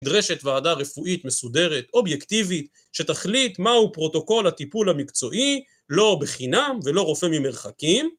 נדרשת ועדה רפואית מסודרת, אובייקטיבית, שתחליט מהו פרוטוקול הטיפול המקצועי, לא בחינם, ולא רופא ממרחקים.